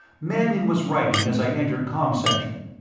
mannion was writing as i entered comsection.